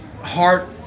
Heart